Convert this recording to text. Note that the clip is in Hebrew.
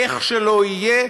איך שלא יהיה,